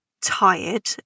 tired